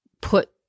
put